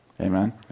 amen